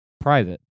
private